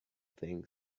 things